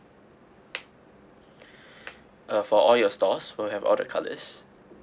uh for all your stores will have all the colours